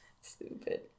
Stupid